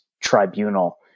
tribunal